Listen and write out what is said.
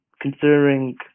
considering